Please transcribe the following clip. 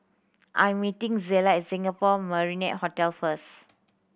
I'm meeting Zella at Singapore Marriott Hotel first